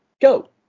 go